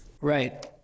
Right